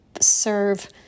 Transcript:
serve